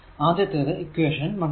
ആദ്യത്തേത് ഇക്വേഷൻ 1